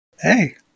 Hey